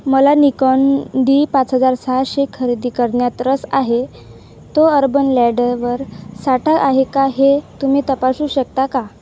मला Nikon D पाच हजार सहाशे खरेदी करन्यात रस आहे तो अर्बन लॅडरवर साठा आहे का हे तुम्ही तपासू शकता का